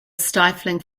stifling